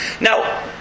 Now